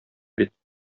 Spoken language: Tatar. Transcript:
бит